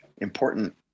important